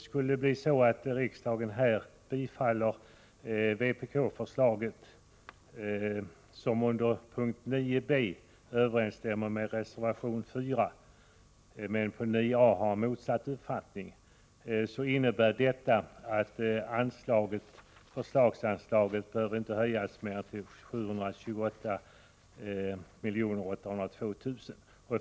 Skulle riksdagen bifalla vpk-förslaget, som under punkt 9 b överensstämmer med reservation 4, men på punkt 9 a står för motsatt uppfattning, innebär det att förslagsanslaget inte bör höjas mer än till 728 802 000.